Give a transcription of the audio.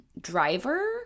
driver